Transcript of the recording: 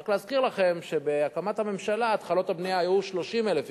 רק להזכיר לכם שבעת הקמת הממשלה התחלות הבנייה היו 30,000 יחידות.